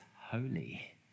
holy